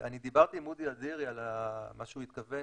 אני דיברתי עם אודי אדירי על מה שהוא התכוון,